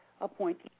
appointee